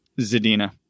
Zadina